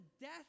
death